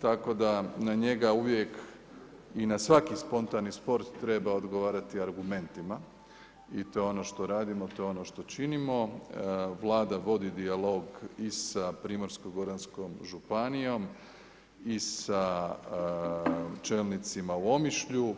tako da na njega uvijek i na svaki spontani sport treba odgovarati argumentima i to je ono što radimo i to je ono što činimo, Vlada vodi dijalog i sa Primorsko-goranskom županijom i sa čelnicima u Omišlju.